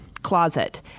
closet